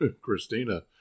Christina